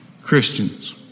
Christians